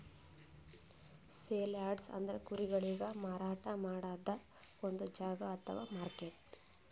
sale yards ಅಂದ್ರ ಕುರಿಗೊಳಿಗ್ ಮಾರಾಟ್ ಮಾಡದ್ದ್ ಒಂದ್ ಜಾಗಾ ಅಥವಾ ಮಾರ್ಕೆಟ್